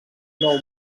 nou